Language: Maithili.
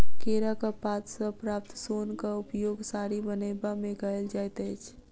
केराक पात सॅ प्राप्त सोनक उपयोग साड़ी बनयबा मे कयल जाइत अछि